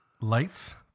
Lights